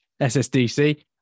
ssdc